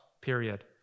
period